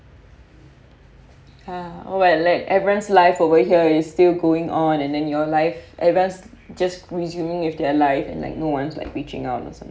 ah oh what like everyone's life over here is still going on and then your life everyone just resuming with their life and like no one is like reaching out or